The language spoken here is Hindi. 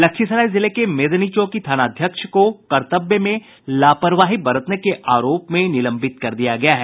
लखीसराय जिले के मेदनीचौकी थानाध्यक्ष को कर्तव्य में लापरवाही बरतने के आरोप में निलंबित कर दिया गया है